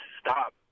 stop